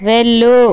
వెళ్ళు